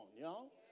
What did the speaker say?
y'all